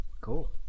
cool